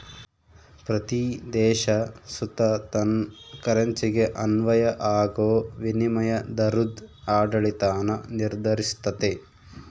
ಪ್ರತೀ ದೇಶ ಸುತ ತನ್ ಕರೆನ್ಸಿಗೆ ಅನ್ವಯ ಆಗೋ ವಿನಿಮಯ ದರುದ್ ಆಡಳಿತಾನ ನಿರ್ಧರಿಸ್ತತೆ